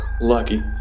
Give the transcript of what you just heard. lucky